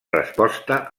resposta